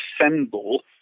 assemble